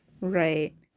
right